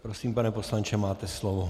Prosím, pane poslanče, máte slovo.